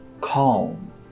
calm